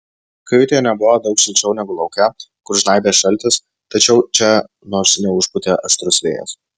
kajutėje nebuvo daug šilčiau negu lauke kur žnaibė šaltis tačiau čia nors neužpūtė aštrus vėjas